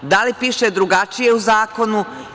Da li piše drugačije u zakonu?